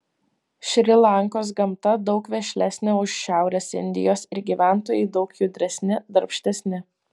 šri lankos gamta daug vešlesnė už šiaurės indijos ir gyventojai daug judresni darbštesni